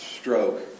stroke